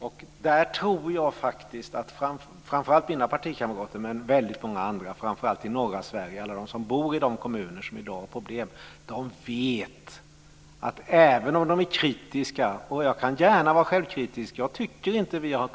Jag kan gärna vara självkritisk; jag tycker inte att vi har kunnat åstadkomma tillräckligt mycket pengar till kommuner och landsting, och vi måste i nästa års budget se till att det tillförs mera pengar till kommuner och landsting.